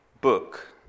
book